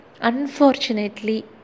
unfortunately